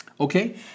Okay